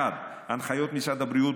הנחיות משרד הבריאות,